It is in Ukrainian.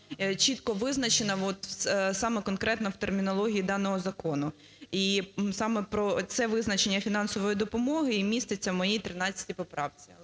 чітко визначена от саме конкретно в термінології даного закону, і саме про це визначення фінансової допомоги і міститься в моїй 13 поправці,